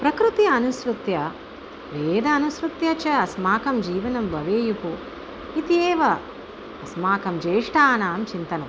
प्रकृतिम् अनुसृत्य वेदानुसृत्य च अस्माकं जीवनं भवेयुः इत्येव अस्माकं ज्येष्ठानां चिन्तनम्